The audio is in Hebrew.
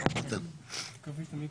אבל רק רוצים להוסיף שיפור